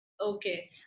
Okay